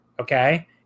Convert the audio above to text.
okay